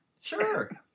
Sure